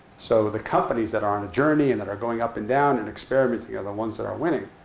so the companies that are on a journey, and that are going up and down, and experimenting are the ones that are winning.